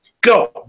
go